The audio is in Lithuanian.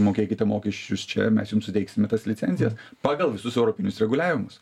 mokėkite mokesčius čia mes jum suteiksime tas licencijas pagal visus europinius reguliavimus